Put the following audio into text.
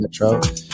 Metro